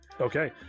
Okay